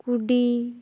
ᱠᱩᱰᱤ